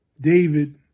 David